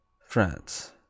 France